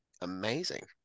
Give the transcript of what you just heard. Amazing